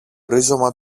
ρίζωμα